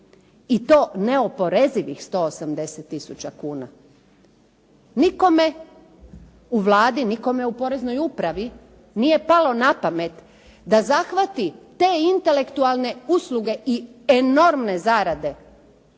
i to neoporezivih 180 tisuća kuna? Nikome u Vladi, nikome u poreznoj upravi nije palo na pamet da zahvati te intelektualne usluge i enormne zarade